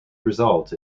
result